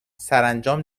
سرانجام